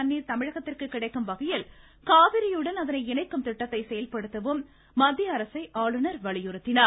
தண்ணீர் தமிழகத்திற்கு கிடைக்கும் வகையில் காவிரியுடன் அதனை இணைக்கும் திட்டத்தை செயல்படுத்தவும் மத்திய அரசை ஆளுநர் வலியுறுத்தினார்